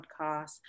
podcast